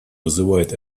вызывает